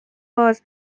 باز